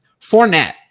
Fournette